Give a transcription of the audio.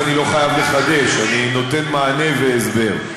אני לא חייב לחדש, אני נותן מענה והסבר.